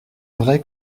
vrai